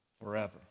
forever